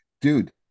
dude